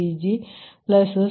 44 Pg0